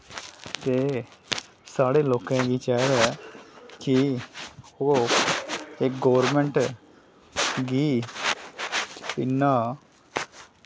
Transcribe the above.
ते साढ़े लोकें गी चाहिदा ऐ कि ओह् एह् गोरमैंट गी इन्ना